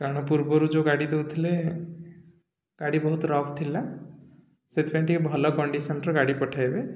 କାରଣ ପୂର୍ବରୁ ଯେଉଁ ଗାଡ଼ି ଦଉଥିଲେ ଗାଡ଼ି ବହୁତ ରଫ୍ ଥିଲା ସେଥିପାଇଁ ଟିକେ ଭଲ କଣ୍ଡିସନ୍ର ଗାଡ଼ି ପଠେଇବେ